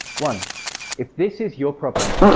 one if this is your problem,